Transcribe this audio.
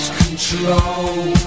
control